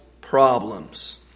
problems